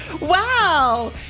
Wow